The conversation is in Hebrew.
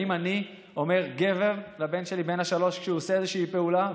האם אני אומר "גבר" לבן שלי בן השלוש כשהוא עושה איזושהי פעולה?